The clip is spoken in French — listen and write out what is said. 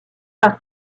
par